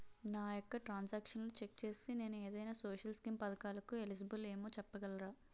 నా యెక్క ట్రాన్స్ ఆక్షన్లను చెక్ చేసి నేను ఏదైనా సోషల్ స్కీం పథకాలు కు ఎలిజిబుల్ ఏమో చెప్పగలరా?